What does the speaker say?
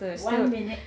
one minute